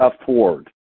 afford